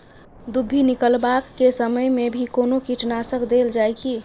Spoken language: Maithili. दुभी निकलबाक के समय मे भी कोनो कीटनाशक देल जाय की?